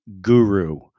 Guru